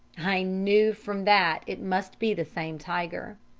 i knew from that it must be the same tiger.